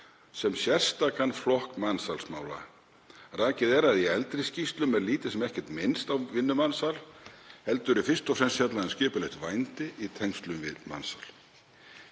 sem sérstakan flokk mansalsmála. Rakið er að í eldri skýrslum er lítið sem ekkert minnst á vinnumansal heldur er fyrst og fremst fjallað um skipulegt vændi í tengslum við mansal.